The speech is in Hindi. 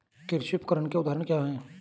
कृषि उपकरण के उदाहरण क्या हैं?